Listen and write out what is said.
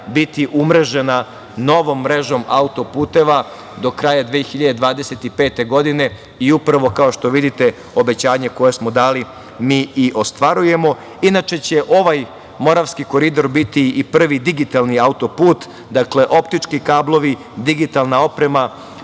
biti umrežena novom mrežom autoputeva do kraja 2025. godine. I upravo, kao što vidite, obećanje koje smo dali mi i ostvarujemo. Inače će ovaj Moravski koridor biti i prvi digitalni autoput, dakle, optički kablovi, digitalna oprema